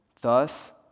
thus